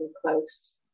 close